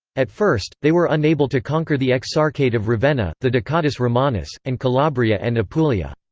at first, they were unable to conquer the exarchate of ravenna, the ducatus romanus, and calabria and apulia.